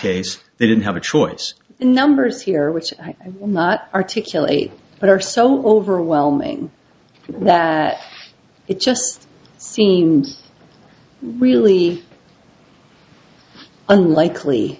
case they didn't have a choice in numbers here which i'm not articulate but are so overwhelming that it just seems really unlikely